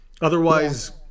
Otherwise